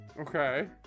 Okay